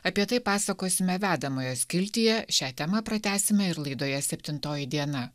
apie tai pasakosime vedamojo skiltyje šią temą pratęsime ir laidoje septintoji diena